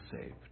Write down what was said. saved